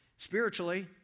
spiritually